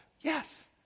Yes